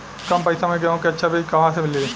कम पैसा में गेहूं के अच्छा बिज कहवा से ली?